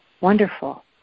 wonderful